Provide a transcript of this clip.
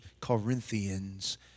Corinthians